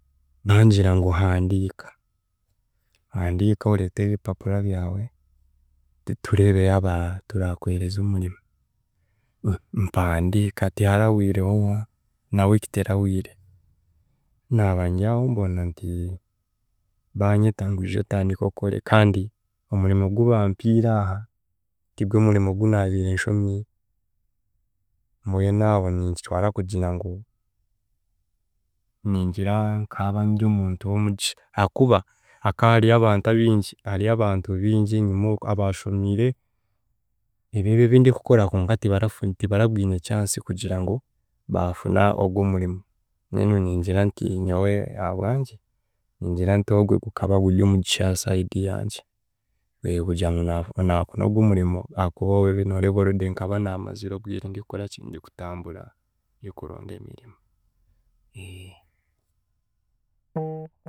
Bangira ngu handiika, handiika oreete ebipapura byawe tureebe yaaba turakuheereze omurimo, mpandiika tiharahwire na week terahwire naaba dyaho mbona nti banyeeta ngu ija otandike okore, kandi omurimo gubampire aha tigwe murimo gunaabiire nshomiire, mbwenu aho ninkitwara kugira ngu ningira nkaba ndy'omuntu w’omugisha ahakuba haka hariyo abantu abingi hariyo abantu bingi enyima okwe abaashomiire ebi ebi ebindikukora konka tibarafu tibarabwine chance kugira ngu baafuna ogw'omurimo, mbwenu ningira nti nyowe ahabwangye ningira nt'ogwe gukaba gury'omugisha aha side yange kugira ngu na- nafuna ogw'ogw'omurimo ahaakuba nooreeba already nkaba naamazire obwire ndikukoraki, ndikutambura ndikuronda emirimo